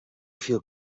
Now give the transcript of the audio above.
feel